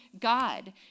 God